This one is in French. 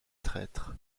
traître